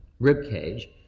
ribcage